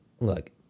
Look